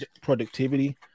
productivity